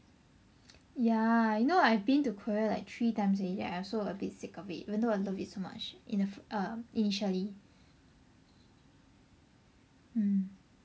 ya you know I've been to Korea like three times already I also a bit sick of it even though I love it so much in the fir~ initially mm